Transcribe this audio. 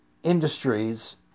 industries